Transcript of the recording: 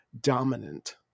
dominant